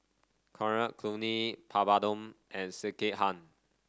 Coriander Chutney Papadum and Sekihan